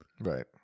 right